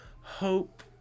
hope